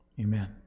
Amen